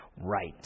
right